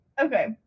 Okay